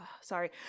Sorry